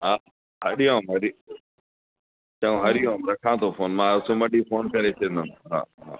हा हरि ओम हरि चङो हरि ओम रखां थो फ़ोन मां सूमरु ॾींहं फ़ोन करे अची वेंदुमि हा हा